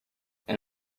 and